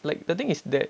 like the thing is that